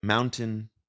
Mountain